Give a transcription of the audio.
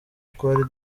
twari